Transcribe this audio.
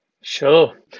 Sure